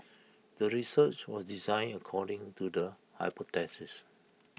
the research was designed according to the hypothesis